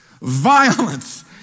Violence